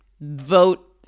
vote